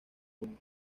junio